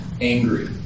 angry